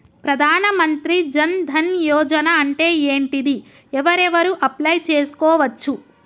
ప్రధాన మంత్రి జన్ ధన్ యోజన అంటే ఏంటిది? ఎవరెవరు అప్లయ్ చేస్కోవచ్చు?